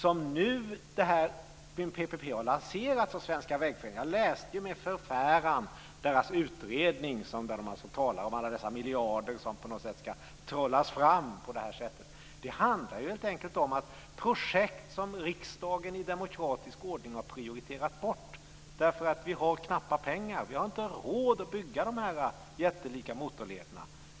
Nu har detta med PPP lanserats i Svenska vägföreningen. Jag läste deras utredning med förfäran. Där talar de om alla dessa miljarder som ska trollas fram på det här sättet. Det handlar helt enkelt om projekt som riksdagen i demokratisk ordning har prioriterat bort därför att vi har knappt om pengar. Vi har inte råd att bygga dessa jättelika motorleder.